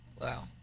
Wow